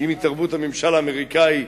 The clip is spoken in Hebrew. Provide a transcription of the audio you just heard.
עם התערבות הממשל האמריקני,